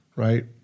Right